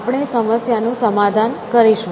આપણે સમસ્યાનું સમાધાન કરીશું